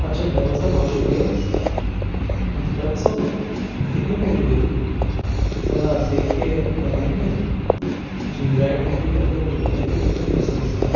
اچھا ڈرائیور صاحب بہت شکریہ ڈرائیور صاحب کتنی پیمنٹ ہوئی ذرا دیکھ کے بتائیں گے جی رائڈ کمپلیٹ کر کے مجھے بتائیے کتنے پیسے ہوتے ہیں